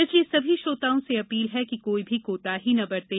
इसलिए सभी श्रोताओं से अपील है कि कोई भी कोताही न बरतें